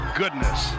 goodness